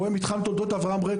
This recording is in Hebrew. רואה את מתחם תולדות אברהם ריק.